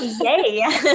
Yay